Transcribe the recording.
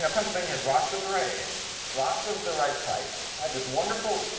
ah pennsylvania has rocks of the right age, rocks of the right type, i had this wonderful,